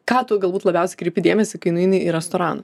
ką tu galbūt labiausiai kreipi dėmesį kai nueini į restoraną